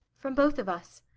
from both of us.